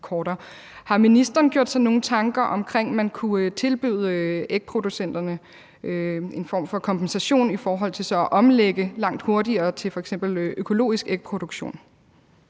Har ministeren gjort sig nogen tanker omkring, om man kunne tilbyde ægproducenterne en form for kompensation i forhold til så at omlægge langt hurtigere til f.eks. økologisk ægproduktion?